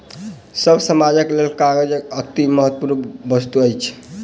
सभ्य समाजक लेल कागज अतिमहत्वपूर्ण वस्तु अछि